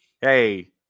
Hey